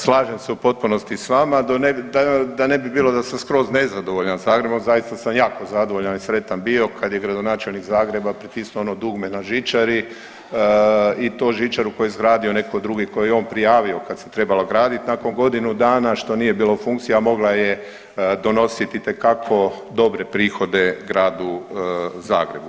Slažem se u potpunosti s vama, da ne bi bilo da sam skroz nezadovoljan Zagrebom, zaista sam jako zadovoljan i sretan bio kad je gradonačelnik Zagreba pritisnuo ono dugme na žičari i to žičaru koju je izgradio netko drugi, koju je on prijavio kad se trebala gradit nakon godinu dana što nije bila u funkciji, a mogla je donositi itekako dobre prihode Gradu Zagrebu.